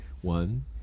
One